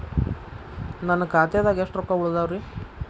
ನನ್ನ ಖಾತೆದಾಗ ಎಷ್ಟ ರೊಕ್ಕಾ ಉಳದಾವ್ರಿ?